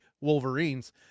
wolverines